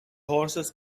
horses